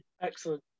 excellent